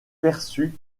perçu